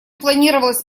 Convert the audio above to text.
планировалось